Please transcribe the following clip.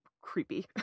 creepy